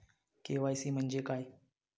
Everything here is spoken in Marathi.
के.वाय.सी म्हणजे काय?